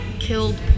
killed